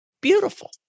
beautiful